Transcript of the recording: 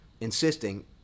insisting